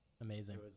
Amazing